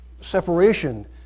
separation